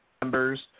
members